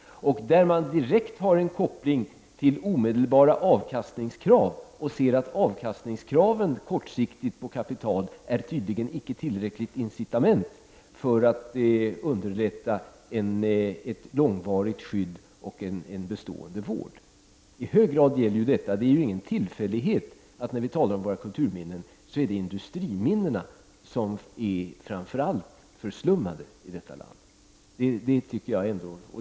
Där har man en direkt koppling till omedelbara avkastningskrav. Kravet på kortsiktig avkastning på kapital är tydligen icke ett tillräckligt incitament för att underlätta ett varaktigt skydd och en bestående vård. Detta gäller i hög grad. Det är ingen tillfällighet att det, när vi talar om våra kulturminnen, framför allt är industriminnena som är förslummade i detta land.